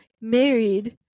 married